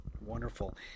Wonderful